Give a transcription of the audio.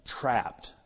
trapped